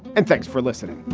and thanks for listening